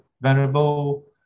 venerable